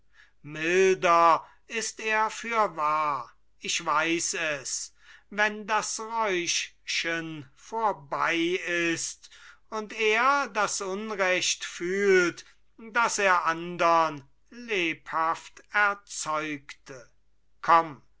milder ist er fürwahr ich weiß wenn das räuschchen vorbei ist und er das unrecht fühlt das er andern lebhaft erzeugte komm